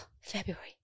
February